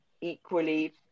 equally